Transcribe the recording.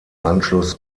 anschluss